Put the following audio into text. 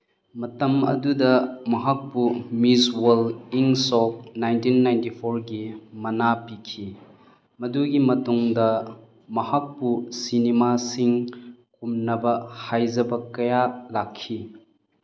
ꯃꯇꯝ ꯑꯗꯨꯗ ꯃꯍꯥꯛꯄꯨ ꯃꯤꯁ ꯋꯔꯜ ꯏꯪ ꯁꯣꯛ ꯅꯥꯏꯟꯇꯤꯟ ꯅꯥꯏꯟꯇꯤꯐꯣꯔꯒꯤ ꯃꯅꯥ ꯄꯤꯈꯤ ꯃꯗꯨꯒꯤ ꯃꯇꯨꯡꯗ ꯃꯍꯥꯛꯄꯨ ꯁꯤꯅꯦꯃꯥꯁꯤꯡ ꯀꯨꯝꯅꯕ ꯍꯥꯏꯖꯕ ꯀꯌꯥ ꯂꯥꯛꯈꯤ